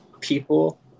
people